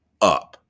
up